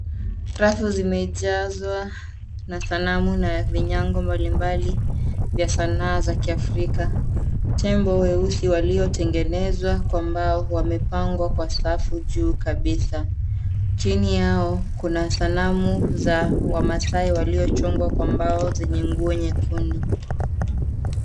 Rafu zimejazwa na sanamu na vinyango mbali mbali, vya sanaa za kiafrika. Tembo weusi waliotengenezwa kwa mbao, wamepangwa kwa safu juu kabisa. Chini yao kuna sanamu za wamasai, waliochongwa kwa mbao zenye nguo nyekundu.